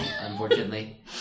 unfortunately